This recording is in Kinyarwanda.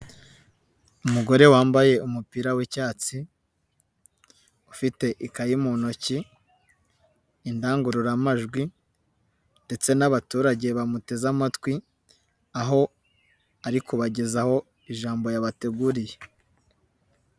Umugore wambaye umupira w'icyatsi, ufite ikayi mu ntoki, indangururamajwi ndetse n'abaturage bamuteze amatwi, aho ari kubagezaho ijambo yabateguriye.